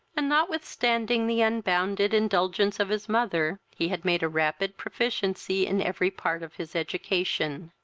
and, notwithstanding the unbounded indulgence of his mother, he had made a rapid proficiency in every part of his education.